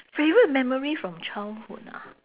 favourite memory from childhood ah